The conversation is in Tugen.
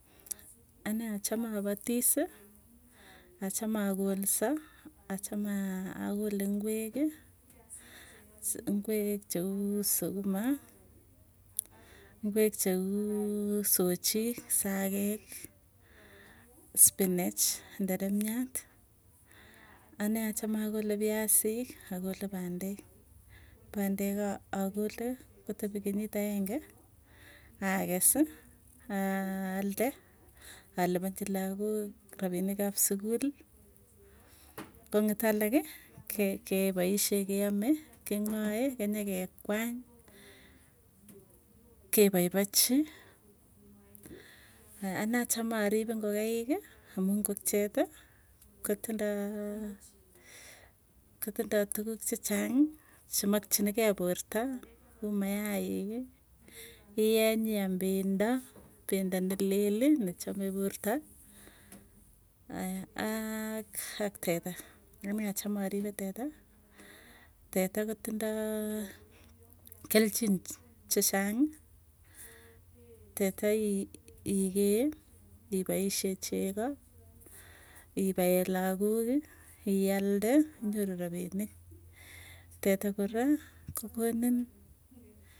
Anee achame apatisi achame akolsa, achame aa akole ingweki ngwek cheu sukuma ingwek cheu sochii sakek, spinach nderemiat anee achame akole piasik, akole pandek pandek akole kotepi kenyit aenge, akeesi alde alipanchilagook rapinik ap sukuli. Kong'et alaki ke kepaisyee keame kemoi kenyekekwany kepaipachi. Anee achame arip ingokaiki, ngokcheti kotindoo, kotindoo tukuk chechang chemakchin kei porta, kuu mayaik, ieny iam pendo. Pendo neleli nechame porta, ak teta. Anee achame aripe teta, teta kotindoo kelchin chechang. Teta ii ikee ipoisyee chego iipae lakook ialde inyoru rapinik, teta kora kokonin.